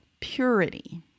purity